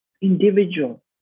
individual